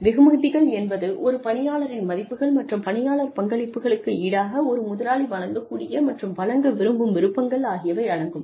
வெகுமதிகள் என்பது ஒரு பணியாளரின் மதிப்புகள் மற்றும் பணியாளர் பங்களிப்புகளுக்கு ஈடாக ஒரு முதலாளி வழங்கக்கூடிய மற்றும் வழங்க விரும்பும் விருப்பங்கள் ஆகியவை அடங்கும்